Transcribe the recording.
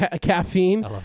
caffeine